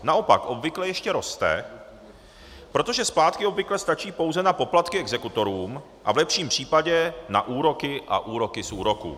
Naopak, obvykle ještě roste, protože splátky obvykle stačí pouze na poplatky exekutorům a v lepším případě na úroky a úroky z úroků.